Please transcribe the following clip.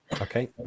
okay